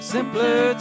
Simpler